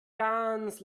ganz